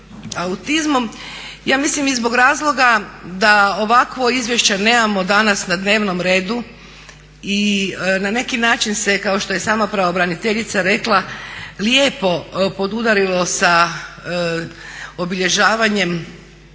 ja mislim i zbog razloga da ovakvo izvješće nemamo danas na dnevnom redu i na neki način se kao što je i sama pravobraniteljica rekla lijepo podudarilo sa obilježavanjem